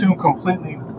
completely